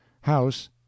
house